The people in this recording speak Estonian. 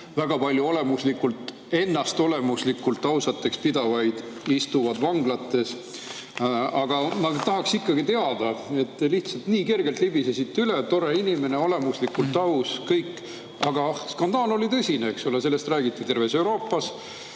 Väga paljud ennast olemuslikult ausaks pidavad inimesed istuvad vanglates. Aga ma tahaksin ikkagi teada. Te lihtsalt nii kergelt libisesite üle: tore inimene, olemuslikult aus, ja kõik. Ent skandaal oli tõsine, eks ole, sellest räägiti terves Euroopas.